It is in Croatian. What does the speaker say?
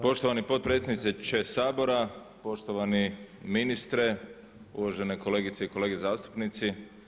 Poštovani potpredsjedniče Sabora, poštovani ministre, uvažene kolegice i kolege zastupnici.